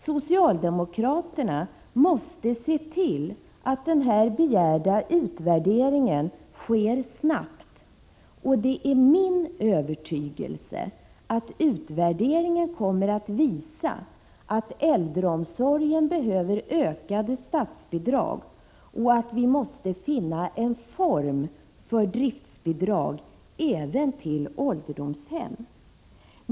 Socialdemokraterna måste se till att den begärda utvärderingen sker snabbt. Det är min övertygelse att utvärderingen kommer att visa att äldreomsorgen behöver ökade statsbidrag och att vi måste finna en form för driftsbidrag även till ålderdomshem.